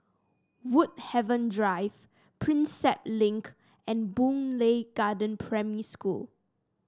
Woodhaven Drive Prinsep Link and Boon Lay Garden Primary School